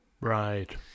Right